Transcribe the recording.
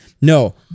no